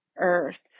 earth